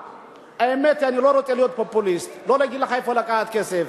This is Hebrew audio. אני לא רוצה להיות פופוליסט ולהגיד לך מאיפה לקחת את הכסף,